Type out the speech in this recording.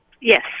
Yes